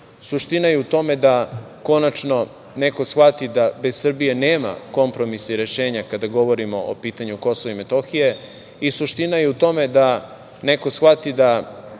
suština je u tome da konačno neko shvati da bez Srbije nema kompromisa i rešenja kada govorimo o pitanju Kosova i Metohije i suština je u tome da neko shvati da